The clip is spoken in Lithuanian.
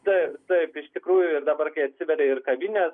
taip taip iš tikrųjų ir dabar kai atsiveria ir kavinės